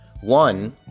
One